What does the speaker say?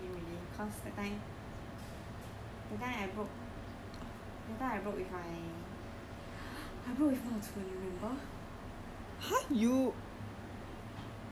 I can't believe he did that but at that time like I never really talk to him already cause that time that time I broke that time I broke with my I broke with mao chun you remember